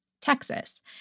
Texas